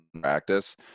practice